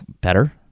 better